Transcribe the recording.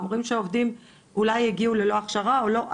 אומרים שהעובדים אולי הגיעו ללא הכשרה או לא.